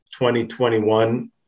2021